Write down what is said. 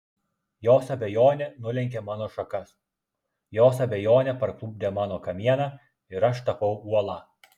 jos abejonė nulenkė mano šakas jos abejonė parklupdė mano kamieną ir aš tapau uola